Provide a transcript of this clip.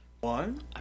one